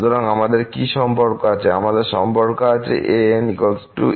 সুতরাং আমাদের কি সম্পর্ক আছে আমাদের সম্পর্ক আছে a'nn bn